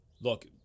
Look